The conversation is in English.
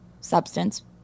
substance